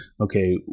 okay